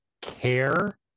care